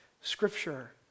scripture